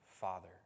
father